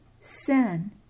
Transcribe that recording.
sin